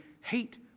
hate